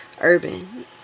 urban